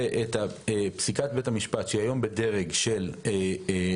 ואת פסיקת בית המשפט שהיא היום בדרג של פסיקה.